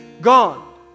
gone